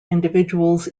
individuals